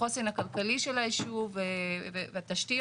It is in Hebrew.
החוסן הכלכלי של הישוב והתשתיות,